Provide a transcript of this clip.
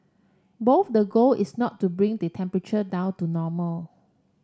both the goal is not to bring the temperature down to normal